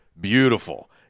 beautiful